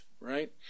right